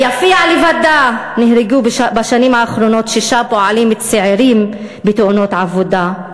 ביפיע לבדה נהרגו בשנים האחרונות שישה פועלים צעירים בתאונות עבודה.